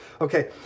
Okay